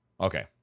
Okay